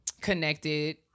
connected